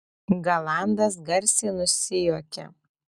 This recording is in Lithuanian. galandas garsiai nusijuokė